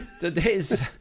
Today's